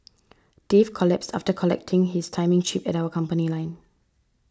Dave collapsed after collecting his timing chip at our company line